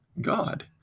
God